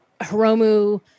Hiromu